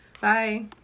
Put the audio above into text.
Bye